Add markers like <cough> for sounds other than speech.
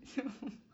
<laughs>